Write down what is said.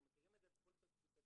אנחנו מכירים את זה בפוליסות קבוצתיות.